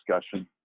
discussion